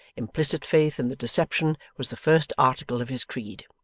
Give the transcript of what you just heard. implicit faith in the deception was the first article of his creed.